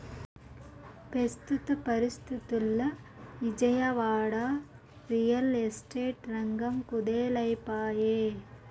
పెస్తుత పరిస్తితుల్ల Vijayawada, real estate రంగం కుదేలై పాయె